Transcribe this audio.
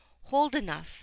holdenough